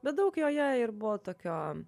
bet daug joje ir buvo tokio